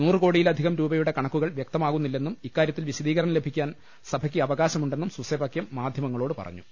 നൂറു കോടിയിലധികംരൂപയുടെ കണക്കുകൾ വൃക്തമാകുന്നി ല്ലെന്നും ഇക്കാര്യത്തിൽ വിശദീകരണം ലഭിക്കാൻ സഭയ്ക്ക് അവകാശമുണ്ടെന്നും സൂസൈപാകൃം മാധ്യ മങ്ങളോടു പറഞ്ഞു